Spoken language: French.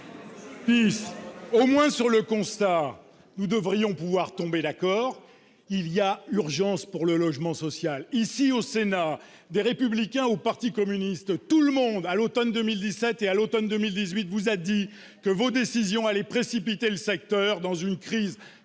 ministre, au moins sur le constat, nous devrions pouvoir tomber d'accord : il y a urgence pour le logement social ! Ici, au Sénat, des Républicains au parti communiste, à l'automne 2017 comme à l'automne 2018, tout le monde vous a dit que vos décisions allaient précipiter le secteur dans une crise.